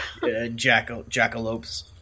jackalopes